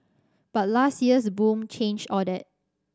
but last year's boom changed all that